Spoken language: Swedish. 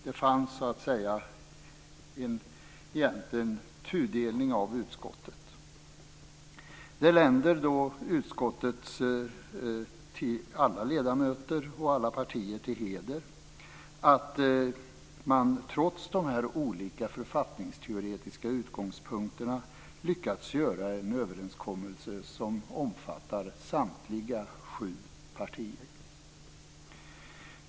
Det fanns egentligen en tudelning av utskottet. Det länder utskottets alla ledamöter och alla partier till heder att man trots dessa olika författningsteoretiska utgångspunkter lyckats göra en överenskommelse som omfattar samtliga sju partier.